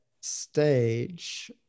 stage